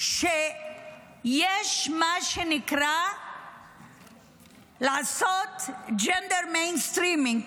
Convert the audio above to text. שיש מה שנקרא לעשות Gender Mainstreaming,